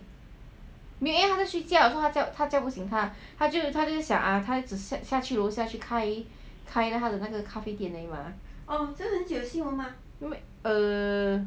没有因为他在睡觉 then 他叫他叫不醒她就想 ah 他的孩子下去楼下去开她的那个咖啡店而已 mah